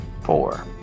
Four